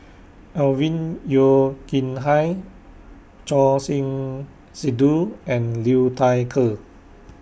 Alvin Yeo Khirn Hai Choor Singh Sidhu and Liu Thai Ker